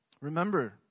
Remember